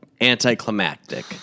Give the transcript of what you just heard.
anticlimactic